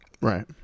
right